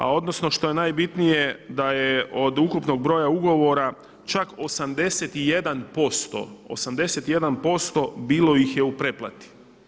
A odnosno što je najbitnije da je od ukupnog broja ugovora čak 81% bilo ih je u pretplati.